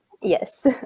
Yes